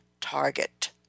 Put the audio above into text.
target